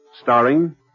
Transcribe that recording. starring